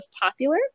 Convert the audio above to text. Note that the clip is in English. popular